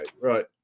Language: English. Right